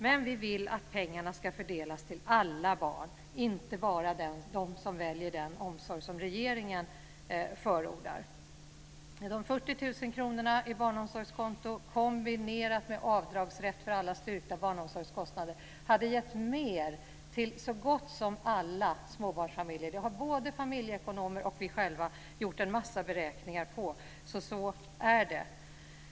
Men vi vill att pengarna ska fördelas till alla barn och inte bara till dem vars föräldrar väljer den omsorg som regeringen förordar. 40 000 kr i barnomsorgskonto kombinerat med avdragsrätt för alla styrkta barnomsorgskostnader hade gett mer till så gott som alla småbarnsfamiljer. Det har både familjeekonomer och vi själva gjort en mängd beräkningar på. Så är det.